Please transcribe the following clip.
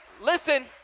listen